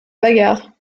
bagarre